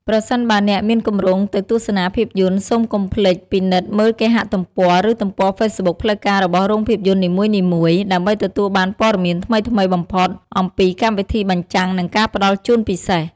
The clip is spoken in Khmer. ប្រសិនបើអ្នកមានគម្រោងទៅទស្សនាភាពយន្ត សូមកុំភ្លេចពិនិត្យមើលគេហទំព័រ ឬទំព័រហ្វេសប៊ុកផ្លូវការរបស់រោងភាពយន្តនីមួយៗ ដើម្បីទទួលបានព័ត៌មានថ្មីៗបំផុតអំពីកម្មវិធីបញ្ចាំង និងការផ្តល់ជូនពិសេស។